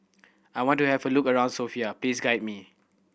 I want to have a look around Sofia please guide me